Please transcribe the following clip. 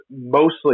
mostly